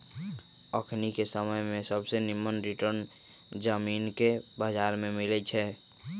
अखनिके समय में सबसे निम्मन रिटर्न जामिनके बजार में मिलइ छै